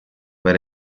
per